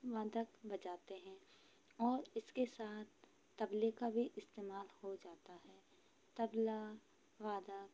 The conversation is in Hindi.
मंदक बजाते हैं और उसके साथ तबले का भी इस्तेमाल हो जाता है तबला वादक